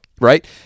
right